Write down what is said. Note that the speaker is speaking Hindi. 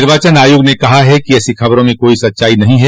निर्वाचन आयोग ने कहा है कि ऐसी खबरों में कोई सच्चाई नहीं है